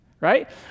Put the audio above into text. right